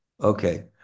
Okay